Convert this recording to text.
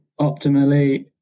optimally